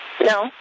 No